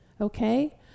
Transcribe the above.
Okay